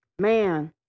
Man